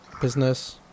Business